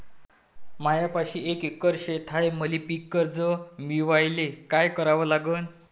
मायापाशी एक एकर शेत हाये, मले पीककर्ज मिळायले काय करावं लागन?